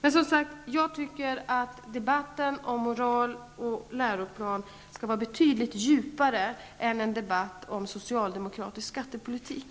Jag tycker emellertid att debatten om moral och läroplan skall vara betydligt djupare än en debatt om socialdemokratisk skattepolitik.